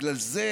בגלל זה